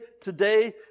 today